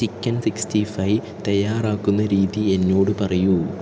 chicken sixty five തയ്യാറാക്കുന്ന രീതി എന്നോട് പറയൂ